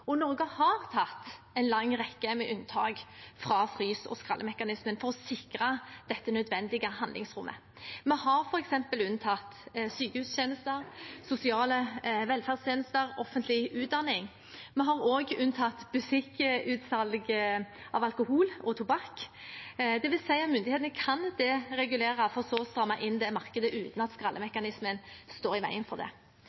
Norge har tatt en lang rekke med unntak fra frys- og skrallemekanismen for å sikre dette nødvendige handlingsrommet. Vi har f.eks. unntatt sykehustjenester, sosiale velferdstjenester og offentlig utdanning. Vi har også unntatt butikkutsalg av alkohol og tobakk. Det vil si at myndighetene kan deregulere for så å stramme inn det markedet, uten at